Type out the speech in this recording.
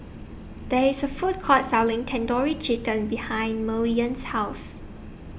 There IS A Food Court Selling Tandoori Chicken behind Maryellen's House